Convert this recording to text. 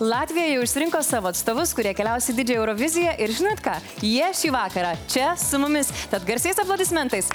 latvija jau išsirinko savo atstovus kurie keliaus į didžiąją euroviziją ir žinot ką jie šį vakarą čia su mumis tad garsiais aplodismentais